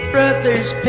Brother's